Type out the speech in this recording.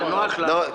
זה נוח לנו.